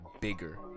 bigger